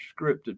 scripted